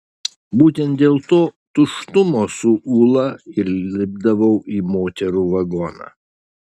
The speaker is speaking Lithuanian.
būtent dėl to tuštumo su ūla ir lipdavau į moterų vagoną